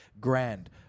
grand